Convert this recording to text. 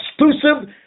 exclusive